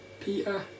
Peter